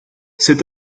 c’est